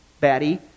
batty